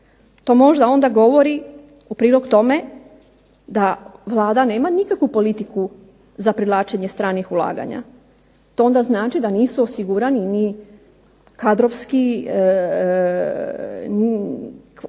to možda onda govori u prilog tome da Vlada nema nikakvu politiku za privlačenje stranih ulaganja. To onda znači da nisu osigurani ni kadrovski, kadrovska